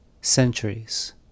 centuries